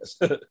yes